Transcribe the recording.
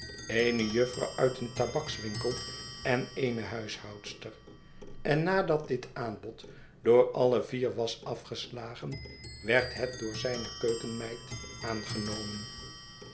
eene jufvrouw uit een tabakswinkel en eene huishoudster en nadat dit aanbod door deze vier was afgeslagen werd het door zijne keukenmeid aangenomen